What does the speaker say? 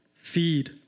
feed